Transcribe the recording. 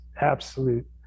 absolute